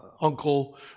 Uncle